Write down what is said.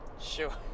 Sure